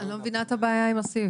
--- אני לא מבינה את הבעיה עם הסעיף.